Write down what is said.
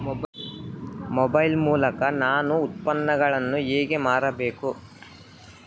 Mobile ಮೂಲಕ ನಾನು ಉತ್ಪನ್ನಗಳನ್ನು ಹೇಗೆ ಮಾರಬೇಕು?